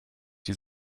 die